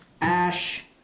Ash